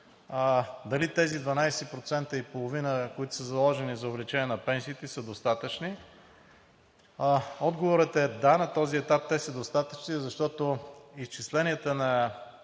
дали тези 12,5%, които са заложени за увеличение на пенсиите, са достатъчни – отговорът е да. На този етап те се достатъчни, защото изчисленията за